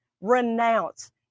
renounce